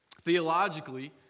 Theologically